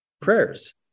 prayers